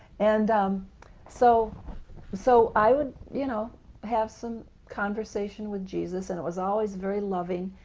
and um so so i would you know have some conversation with jesus and it was always very loving,